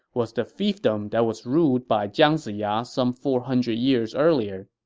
was the fiefdom that was ruled by jiang ziya some four hundred years earlier.